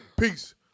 Peace